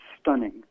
stunning